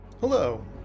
Hello